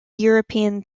european